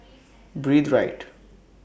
Breathe Right